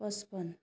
पचपन्न